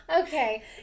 Okay